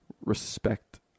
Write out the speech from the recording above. respect